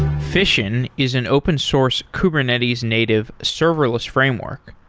fission is an open source kubernetes native serverless framework.